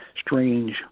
strange